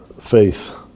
faith